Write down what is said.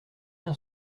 bien